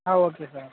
ah okay sir